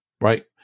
right